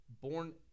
born